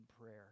prayer